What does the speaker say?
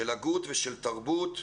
של הגות ושל תרבות,